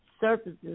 surfaces